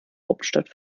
hauptstadt